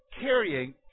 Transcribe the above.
carrying